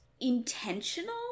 intentional